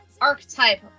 Archetype